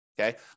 okay